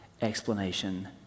explanation